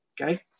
Okay